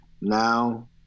Now